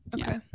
Okay